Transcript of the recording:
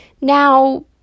Now